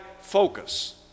focus